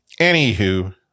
anywho